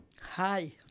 hi